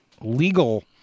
legal